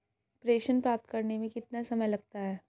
प्रेषण प्राप्त करने में कितना समय लगता है?